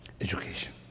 education